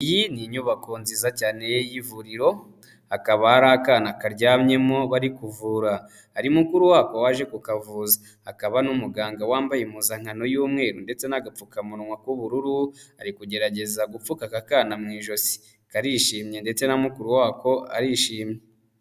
Iyi ni inyubako nziza cyane y'ivuriro, hakaba hari akana karyamyemo bari kuvura, hari mukuru wako waje kukavuza, hakaba n'umuganga wambaye impuzankano y'umweru ndetse n'agapfukamunwa k'ubururu, ari kugerageza gupfuka aka kana mu ijosi, karishimye ndetse na mukuru wako arishimye.